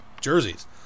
Jerseys